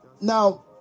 Now